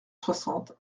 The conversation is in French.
soixante